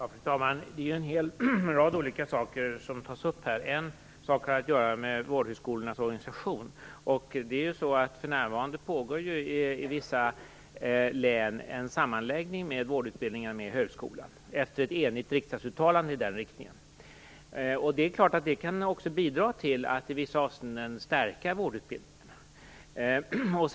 Fru talman! Det är en hel rad olika saker som tas upp här. En sak har att göra med vårdhögskolornas organisation. För närvarande pågår ju i vissa län en sammanläggning av vårdutbildningar med högskolan, efter ett enigt riksdagsuttalande i den riktningen. Det är klart att det också kan bidra till att i vissa avseenden stärka vårdutbildningarna.